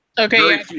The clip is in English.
Okay